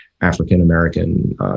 African-American